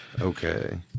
Okay